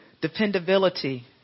Dependability